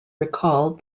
recalled